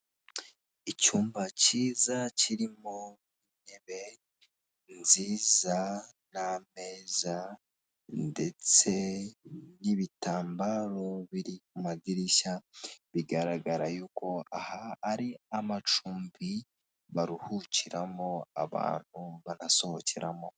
Icyumba cyiza kirimo intebe nziza n'ameza, ndetse n'ibitambaro biri mu madirishya, bigaragara yuko aha ari amacumbi baruhukiramo, abantu banasohokeramo.